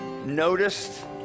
Noticed